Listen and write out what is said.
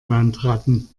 landratten